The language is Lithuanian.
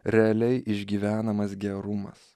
realiai išgyvenamas gerumas